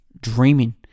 dreaming